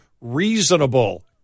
reasonable